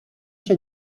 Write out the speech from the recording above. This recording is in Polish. się